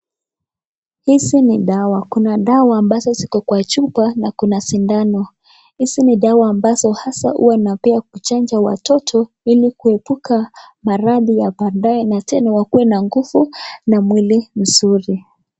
Hizi ni dawa. Kuna dawa ambazo ziko kwa chupa na kuna sindano. Hizi ni dawa ambazo hasa huwa inapea kuchanja watoto ili kuepuka maradhi ya baadae na tena wakuwe na nguvu na mwili nzuri.